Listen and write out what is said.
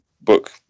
book